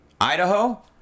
Idaho